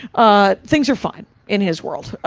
ah, things are fine in his world.